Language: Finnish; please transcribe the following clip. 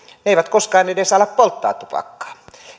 he eivät koskaan edes ala polttaa tupakkaa